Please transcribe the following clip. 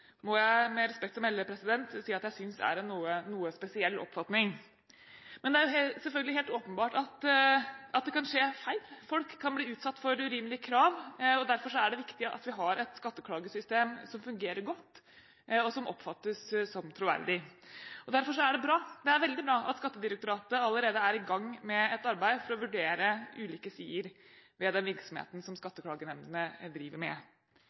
må jeg med respekt å melde si at jeg synes er en noe spesiell oppfatning. Men det er selvfølgelig helt åpenbart at det kan skje feil. Folk kan bli utsatt for urimelige krav. Derfor er det viktig at vi har et skatteklagesystem som fungerer godt, og som oppfattes som troverdig. Derfor er det bra – det er veldig bra – at Skattedirektoratet allerede er i gang med et arbeid for å vurdere ulike sider ved den virksomheten som skatteklagenemndene driver med.